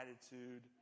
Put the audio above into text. attitude